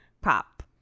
pop